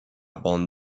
bande